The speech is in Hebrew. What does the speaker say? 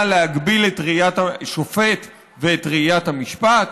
להגביל את ראיית השופט ואת ראיית המשפט?